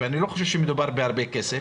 ואני לא חושב שמדובר בהרבה כסף,